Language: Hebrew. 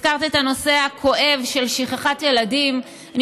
הזכרת את הנושא הכואב של שכחת ילדים ברכב.